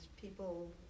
people